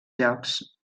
llocs